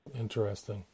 Interesting